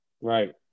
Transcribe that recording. Right